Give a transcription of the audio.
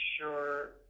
sure